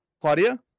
Claudia